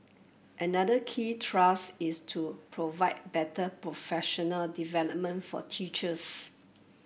another key thrust is to provide better professional development for teachers